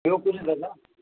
ॿियो कुझु दादा